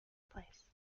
place